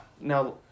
Now